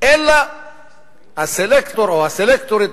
אלא הסלקטור או הסלקטורית,